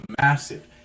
massive